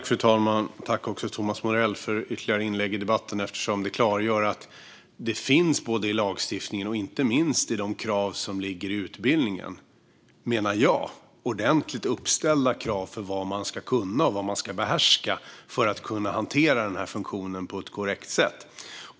Fru talman! Tack, Thomas Morell, för ytterligare inlägg i debatten! Det klargör att det i lagstiftningen och inte minst i de krav som ligger i utbildningen, menar jag, finns ordentligt uppställda krav för vad man ska kunna och behärska för att hantera den här funktionen på ett korrekt sätt.